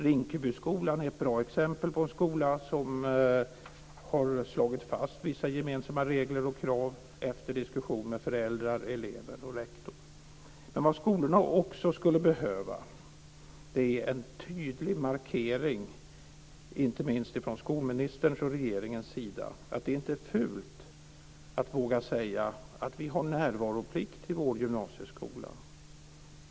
Rinkebyskolan är ett bra exempel på en skola som efter diskussion mellan föräldrar, elever och rektor har slagit fast vissa gemensamma regler och krav. Men vad skolorna också skulle behöva är en tydlig markering - inte minst från skolministern och regeringen - om att det inte är fult att våga säga: Vi har närvaroplikt i vår gymnasieskola.